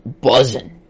buzzing